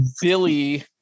Billy